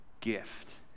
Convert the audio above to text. gift